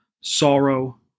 sorrow